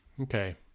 Okay